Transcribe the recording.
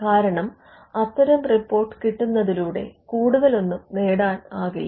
കാരണം അത്തരം റിപ്പോർട്ട് കിട്ടുന്നതിലൂടെ കൂടുതലൊന്നും നേടാനാകില്ല